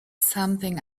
something